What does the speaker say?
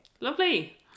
Lovely